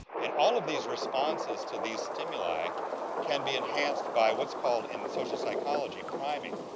and all of these responses to these stimuli can be enhanced by what's called, in social psychology, priming.